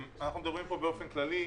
אנחנו מדברים באופן כללי,